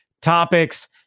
topics